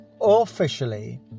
officially